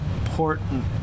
important